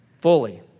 fully